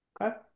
Okay